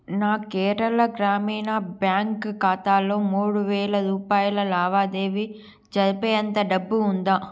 నా కేరళ గ్రామీణ బ్యాంక్ ఖాతాలో మూడు వేల రూపాయల లావాదేవీ జరిపేంత డబ్బు ఉందా